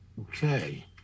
Okay